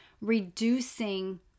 reducing